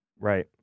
right